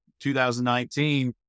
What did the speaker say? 2019